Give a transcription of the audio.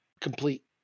complete